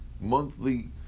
monthly